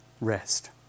rest